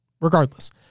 regardless